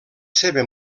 seva